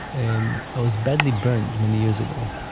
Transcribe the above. am i was badly burned many years ago.